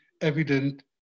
evident